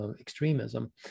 extremism